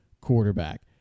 quarterback